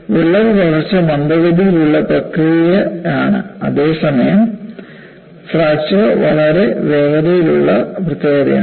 വിള്ളൽ വളർച്ച മന്ദഗതിയിലുള്ള പ്രക്രിയയാണ് അതേസമയം ഫ്രാക്ചർ വളരെ വേഗതയുള്ള പ്രക്രിയയാണ്